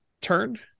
turn